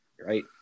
Right